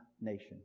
nation